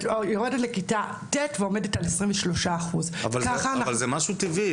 יורדת לכיתה ט' ועומדת על 23%. אבל זה משהו טבעי,